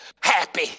happy